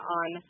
on